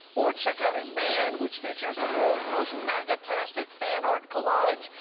or check out his van, which features the world's most maga-tastic fan art collage.